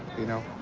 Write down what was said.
you know,